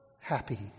happy